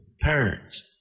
parents